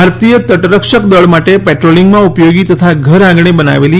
ભારતીય તટરક્ષક દળ માટે પેટ્રોલિંગમાં ઉપયોગી તથા ઘરઆંગણે બનાવેલી